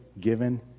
given